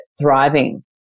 thriving